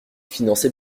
financé